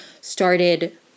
started